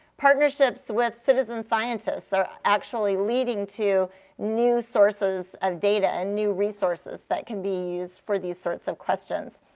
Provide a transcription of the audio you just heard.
partnerships with citizen scientists are actually leading to new sources of data and new resources that can be used for these sorts of questions.